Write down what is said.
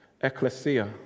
Ecclesia